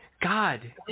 God